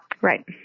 Right